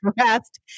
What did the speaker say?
rest